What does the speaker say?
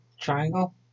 Triangle